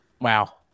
Wow